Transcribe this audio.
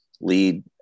lead